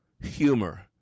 humor